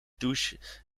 douche